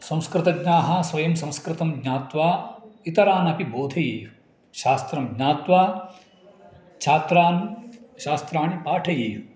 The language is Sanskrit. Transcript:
संस्कृतज्ञाः स्वयं संस्कृतं ज्ञात्वा इतरानपि बोधयेयुः शास्त्रं ज्ञात्वा छात्रान् शास्त्राणि पाठयेयुः